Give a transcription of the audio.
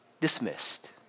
dismissed